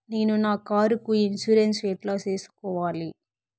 నేను నా కారుకు ఇన్సూరెన్సు ఎట్లా సేసుకోవాలి